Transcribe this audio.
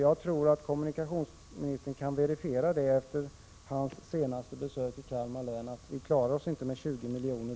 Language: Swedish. Jag tror att kommunikationsministern kan verifiera, efter sitt senaste besök i länet, att vi inte klarar oss med 20 miljoner.